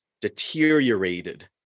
deteriorated